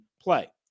play